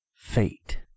fate